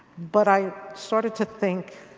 but i started to think,